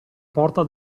porta